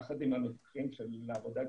יחד עם המתווכים של עבודה קהילתית,